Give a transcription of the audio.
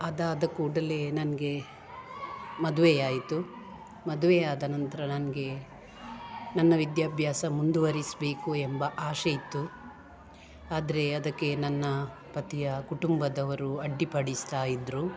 ಅದಾದ ಕೂಡಲೆ ನನಗೆ ಮದುವೆ ಆಯಿತು ಮದುವೆಯಾದ ನಂತರ ನನಗೆ ನನ್ನ ವಿದ್ಯಾಭ್ಯಾಸ ಮುಂದುವರಿಸಬೇಕು ಎಂಬ ಆಸೆ ಇತ್ತು ಆದರೆ ಅದಕ್ಕೆ ನನ್ನ ಪತಿಯ ಕುಟುಂಬದವರು ಅಡ್ಡಿಪಡಿಸ್ತಾಯಿದ್ದರು